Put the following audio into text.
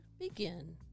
begin